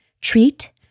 treat